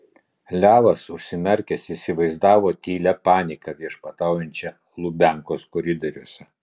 levas užsimerkęs įsivaizdavo tylią paniką viešpataujančią lubiankos koridoriuose